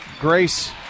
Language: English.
Grace